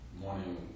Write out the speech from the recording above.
morning